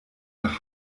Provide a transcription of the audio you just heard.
nach